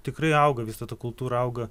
tikrai auga visa ta kultūra auga